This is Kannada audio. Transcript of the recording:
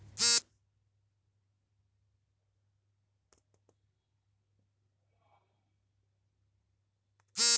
ಐ.ಎಂ.ಎಫ್ ಅಂತರರಾಷ್ಟ್ರೀಯ ಆರ್ಥಿಕ ಬಿಕ್ಕಟ್ಟು ಚೇತರಿಸಿಕೊಳ್ಳಲು ಸಹಾಯ ಮಾಡತ್ತಿದೆ